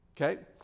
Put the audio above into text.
Okay